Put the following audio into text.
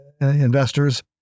investors